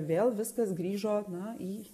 vėl viskas grįžo na į